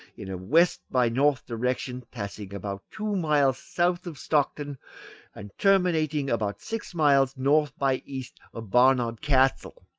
in a west-by-north direction, passing about two miles south of stockton and terminating about six miles north-by-east of barnard castle,